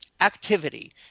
activity